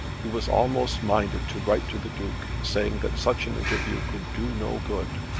he was almost minded to write to the duke saying that such an interview could do no good